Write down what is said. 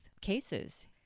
cases